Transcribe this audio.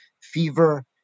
fever